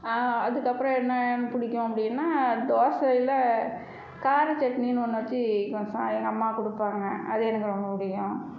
அதுக்கப்பறம் என்ன பிடிக்கும் அப்படின்னா தோசையில் காரசட்னின்னு ஒன்று வைச்சி எங்கள் அம்மா கொடுப்பாங்க அது எனக்கு ரொம்ப பிடிக்கும்